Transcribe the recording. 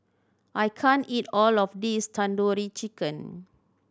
I can't eat all of this Tandoori Chicken